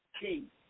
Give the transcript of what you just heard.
king